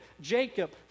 Jacob